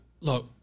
look